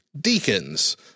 Deacons